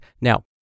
Now